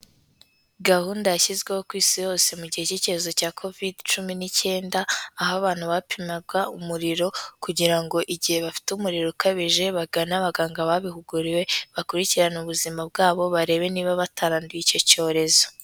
Gahunda yashyizweho ku Isi yose mu gihe cy'ikirezo cya covid cumi n'icyenda, aho abantu bapimaga umuriro kugira ngo igihe bafite umuriro ukabije bagana abaganga babihuguriwe bakurikirane ubuzima bwabo barebe niba bataranduye icyo cyorezo.